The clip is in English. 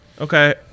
okay